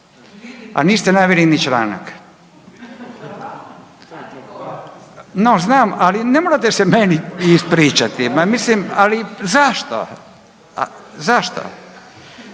a niste naveli ni članak. No, znam ali ne morate se meni ispričati, ma mislim, ali zašto,